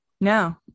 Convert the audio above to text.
no